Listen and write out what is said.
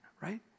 right